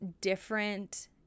different